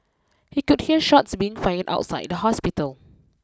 he could hear shots being fired outside the hospital